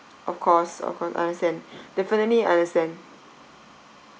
of course of course understand definitely understand